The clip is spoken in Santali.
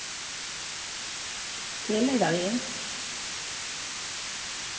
ᱦᱮᱸ ᱞᱟᱹᱭ ᱫᱟᱲᱮᱭᱟᱜᱼᱟᱹᱧ